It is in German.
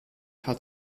hat